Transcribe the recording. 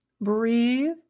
Breathe